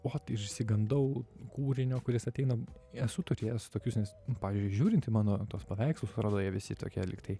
ot ir išsigandau kūrinio kuris ateina esu turėjęs tokius nes pavyzdžiui žiūrint į mano tuos paveikslus atrodo jie visi tokie lygtai